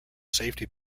safety